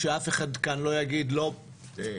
התהליך היה תהליך ארוך,